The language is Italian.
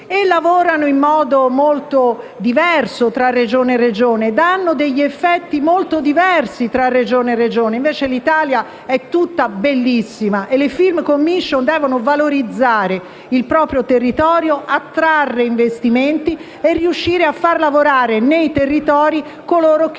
lavorano in modo molto diverso e producono degli effetti diversi tra Regione e Regione. L'Italia, invece, è tutta bellissima, e le Film commission devono valorizzare il proprio territorio, attrarre investimenti e riuscire a far lavorare nei territori coloro che